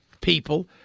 people